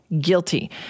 guilty